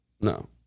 No